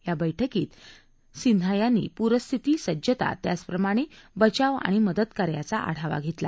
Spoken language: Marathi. या बैठकीत सिंह यांनी पूरस्थिती सज्जता त्याचप्रमाणे बचाव आणि मदतकार्याचा आढावा घेतला